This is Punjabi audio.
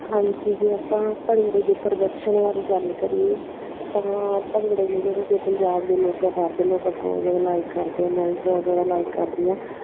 ਹਾਂਜੀ ਜੇ ਆਪਾਂ ਭੰਗੜੇ ਦੇ ਪ੍ਰਦਰਸ਼ਨ ਵਾਲੀ ਗੱਲ ਕਰੀਏ ਤਾਂ ਭੰਗੜੇ ਨੂੰ ਜਿਹੜੇ ਕਿ ਪੰਜਾਬ ਦੇ ਲੋਕ ਹੈ ਬਾਹਰ ਦੇ ਲੋਕ ਹੈ ਬਹੁਤ ਜ਼ਿਆਦਾ ਲਾਈਕ ਕਰਦੇ ਆ ਮੈਂ ਵੀ ਬਹੁਤ ਜ਼ਿਆਦਾ ਲਾਈਕ ਕਰਦੀ ਹਾਂ